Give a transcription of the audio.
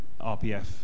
RPF